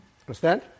Understand